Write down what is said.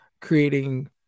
creating